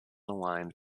aligned